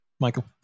Michael